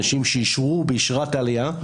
אנשים שאישרו אשרת עלייה,